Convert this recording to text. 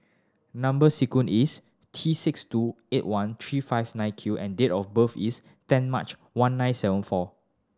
number sequence is T six two eight one three five nine Q and date of birth is ten March one nine seven four